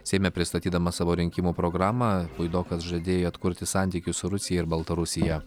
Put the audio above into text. seime pristatydamas savo rinkimų programą puidokas žadėjo atkurti santykius su rusija ir baltarusija